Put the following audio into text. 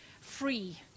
free